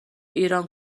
ایران